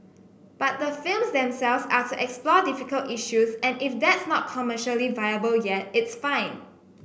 but the films themselves are to explore difficult issues and if that's not commercially viable yet it's fine